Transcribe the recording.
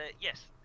Yes